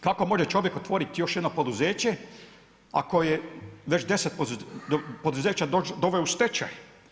Kako može čovjek može otvoriti još jedno poduzeće ako je već deset poduzeća doveo u stečaj?